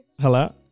Hello